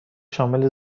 شامل